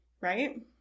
right